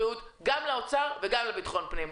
גם למשרד הבריאות וגם למשרד לביטחון הפנים.